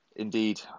Indeed